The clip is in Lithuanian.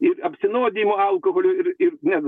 ir apsinuodijimo alkoholiu ir ir ne